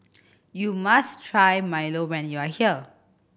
you must try milo when you are here